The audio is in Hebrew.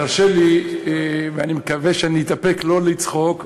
תרשה לי, ואני מקווה שאני אתאפק ולא אצחק,